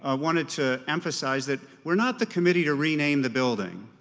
ah wanted to emphasize that we're not the committee to rename the building,